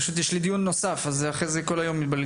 פשוט יש לי דיון נוסף ואם הוא מתעכב אז אחרי זה כל היום מתבלגן.